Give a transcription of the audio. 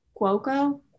Cuoco